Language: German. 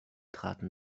traten